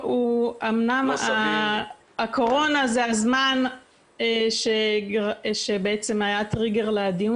אמנם הקורונה זה הזמן שבעצם היה טריגר לדיון